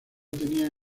tenían